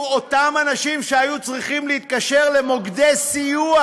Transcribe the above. אותם אנשים שהיו צריכים להתקשר למוקדי סיוע.